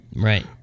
Right